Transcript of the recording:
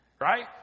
right